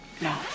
No